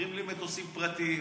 שוכרים לי מטוסים פרטיים.